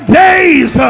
days